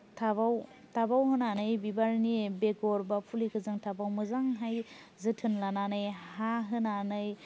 टाबाव टाबाव होनानै बिबारनि बेगर बा फुलिखौ जों टाबाव मोजांहाय जोथोन लानानै हा होनानै